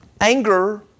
anger